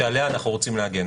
שעליה אנחנו רוצים להגן.